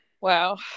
Wow